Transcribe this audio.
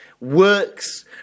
works